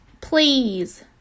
please